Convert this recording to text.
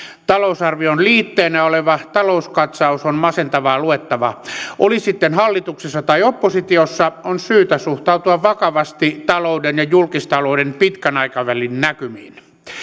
talousarvion liitteenä oleva talouskatsaus on masentavaa luettavaa oli sitten hallituksessa tai oppositiossa on syytä suhtautua vakavasti talouden ja julkistalouden pitkän aikavälin näkymiin